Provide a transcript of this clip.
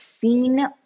seen